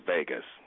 Vegas